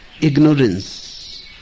ignorance